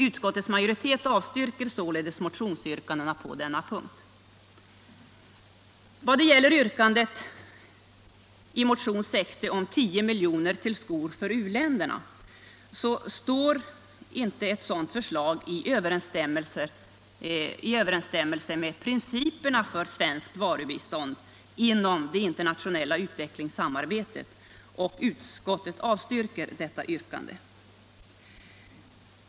Utskottets majoritet avstyrker således motionsyrkandena på denna punkt. Vad gäller yrkandet i motionen 60 om 10 milj.kr. till skor för uländerna står ett sådant förslag inte i överenstämmelse med principerna för svenskt varubistånd inom det internationella utvecklingssamarbetet, och utskottet avstyrker därför detta yrkande.